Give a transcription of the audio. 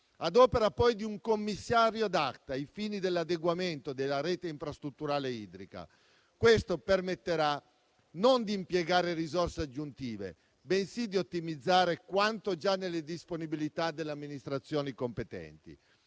ad opera poi di un commissario *ad acta*, ai fini dell'adeguamento della rete infrastrutturale idrica. Questo permetterà non di impiegare risorse aggiuntive, bensì di ottimizzare quanto già nelle disponibilità delle amministrazioni competenti.